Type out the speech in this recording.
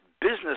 Business